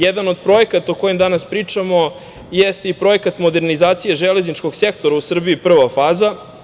Jedan od projekata o kojem danas pričamo jeste i Projekat modernizacije železničkog sektora u Srbiji, prva faza.